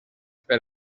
per